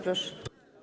Proszę.